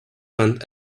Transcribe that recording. want